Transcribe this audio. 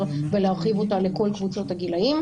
ולהרחיב אותה לכל קבוצות הגילאים,